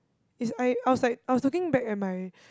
is I I was like I was looking back at my